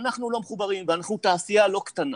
אנחנו לא מחוברים ואנחנו תעשייה לא קטנה.